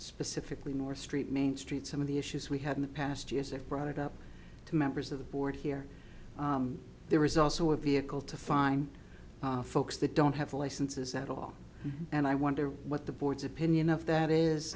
specifically more street main street some of the issues we had in the past years that brought it up to members of the board here there was also a vehicle to fine folks that don't have licenses at all and i wonder what the board's opinion of that is